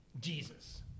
Jesus